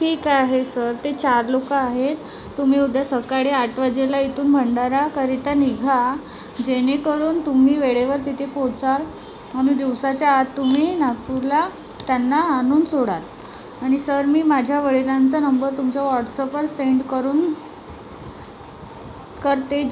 ठीक आहे सर ते चार लोक आहेत तुम्ही उद्या सकाळी आठ वाजेला इथून भंडाराकरिता निघा जेणेकरून तुम्ही वेळेवर तिथे पोचाल आणि दिवसाच्या आत तुम्ही नागपूरला त्यांना आणून सोडाल आणि सर मी माझ्या वडिलांचा नंबर तुमच्या व्हॉट्सअपवर सेंड करून करते